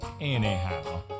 anyhow